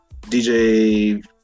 DJ